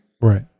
Right